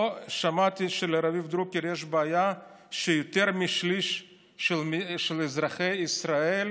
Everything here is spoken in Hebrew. לא שמעתי שלרביב דרוקר יש בעיה שיותר משליש של אזרחי ישראל